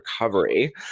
recovery